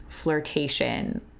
flirtation